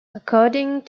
according